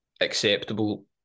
acceptable